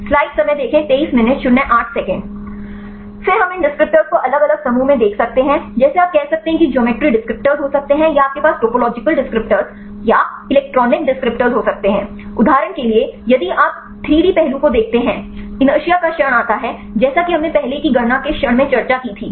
फिर हम इन डिस्क्रिप्टर को अलग अलग समूहों में देख सकते हैं जैसे आप कह सकते हैं कि ज्योमेट्री डिस्क्रिप्टर हो सकते हैं या आपके पास टोपोलॉजिकल डिस्क्रिप्टर या इलेक्ट्रॉनिक डिस्क्रिप्टर हो सकते हैं उदाहरण के लिए यदि आप 3 डी पहलू को देखते हैंइनरसिआ का क्षण आता है जैसे कि हमने पहले की गणना के क्षण में चर्चा की थी